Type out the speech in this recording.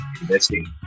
investing